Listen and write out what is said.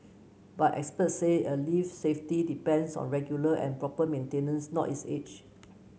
but experts said a lift's safety depends on regular and proper maintenance not its age